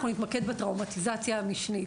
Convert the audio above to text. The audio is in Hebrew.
אנחנו נתמקד בטראומטיזציה המשנית,